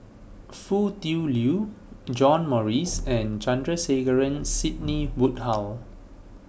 Foo Tui Liew John Morrice and Sandrasegaran Sidney Woodhull